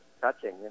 touching